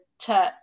church